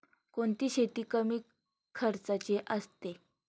कोणती शेती कमी खर्चाची असते?